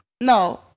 No